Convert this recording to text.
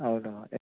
అవునా ఎక్కడ